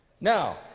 Now